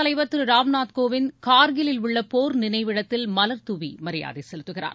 தலைவர் திரு ராம்நாத் கோவிந்த் கார்கிலில் உள்ள போர் நினைவிடத்தில் குடியரசு மலர்தாவி மரியாதை செலுத்துகிறார்